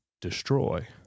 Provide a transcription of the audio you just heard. destroy